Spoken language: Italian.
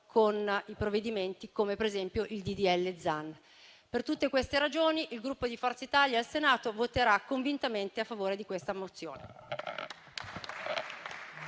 con provvedimenti quali il disegno di legge Zan. Per tutte queste ragioni, il Gruppo Forza Italia al Senato voterà convintamente a favore di questa mozione.